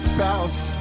Spouse